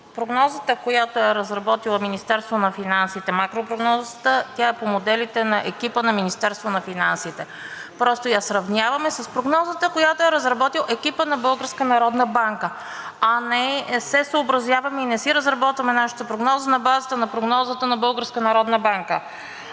прогнозата, която е разработило Министерството на финансите – макропрогнозата, тя е по моделите на екипа на Министерството на финансите. Просто я сравняваме с прогнозата, която е разработил екипът на Българската народна банка, а не се съобразяваме и не си разработваме нашата прогнозна база на базата на прогнозата на